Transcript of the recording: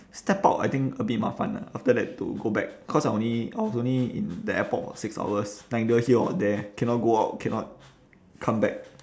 step out I think a bit 麻烦 ah after that need to go back cause I was only I was only in the airport for six hours neither here or there cannot go out cannot come back